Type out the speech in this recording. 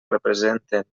representen